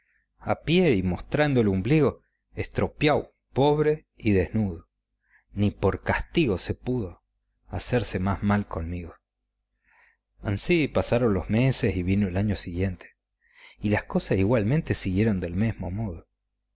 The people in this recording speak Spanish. a pie y mostrando el umbligo estropiao pobre y desnudo ni por castigo se pudo hacerse más mal conmigo ansí pasaron los meses y vino el año siguiente y las cosas igualmente siguieron del mesmo modo